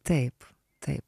taip taip